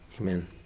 Amen